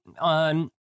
on